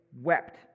wept